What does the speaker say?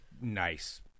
nice